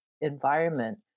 environment